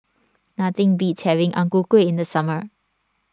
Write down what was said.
nothing beats having Ang Ku Kueh in the summer